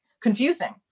confusing